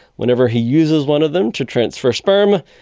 whenever he uses one of them to transfer sperm,